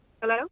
hello